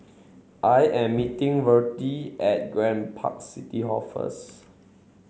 I am meeting Vertie at Grand Park City Hall first